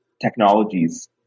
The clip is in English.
technologies